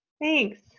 Thanks